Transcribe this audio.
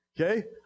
Okay